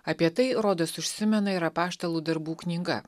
apie tai rodos užsimena ir apaštalų darbų knyga